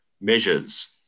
measures